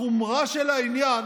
החומרה של העניין